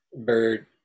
bird